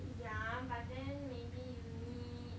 yeah but then maybe you need